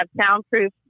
soundproof